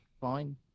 fine